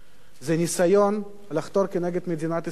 זה ניסיון לחתור כנגד מדינת ישראל,